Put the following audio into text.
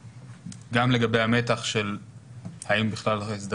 גם לגבי המתח של האם בכלל בחוק ההסדרים,